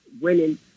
winning